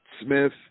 smith